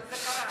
אבל זה קרה.